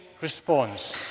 response